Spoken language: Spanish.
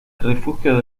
refugio